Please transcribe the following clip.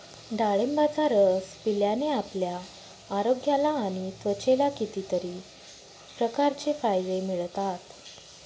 डाळिंबाचा रस पिल्याने आपल्या आरोग्याला आणि त्वचेला कितीतरी प्रकारचे फायदे मिळतात